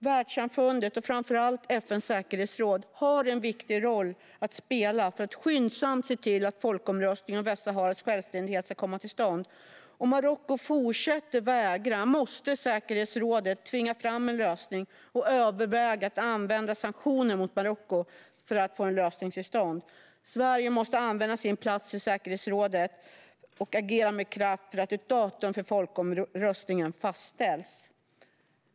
Världssamfundet, och framför allt FN:s säkerhetsråd, har en viktig roll att spela för att skyndsamt se till att folkomröstningen om Västsaharas självständighet ska komma till stånd. Om Marocko fortsätter att vägra måste säkerhetsrådet tvinga fram en lösning och överväga att använda sanktioner mot Marocko för att få en lösning till stånd. Sverige måste använda sin plats i säkerhetsrådet och agera med kraft för att ett datum för folkomröstningen fastställs.